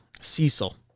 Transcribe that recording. Cecil